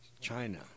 China